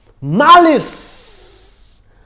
malice